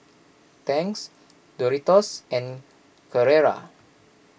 Tangs Doritos and Carrera